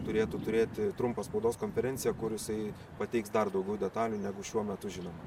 turėtų turėti trumpą spaudos konferenciją kur jisai pateiks dar daugiau detalių negu šiuo metu žinoma